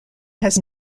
has